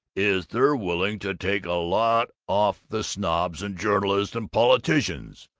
is they're willing to take a lot off the snobs and journalists and politicians,